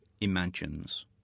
imagines